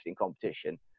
competition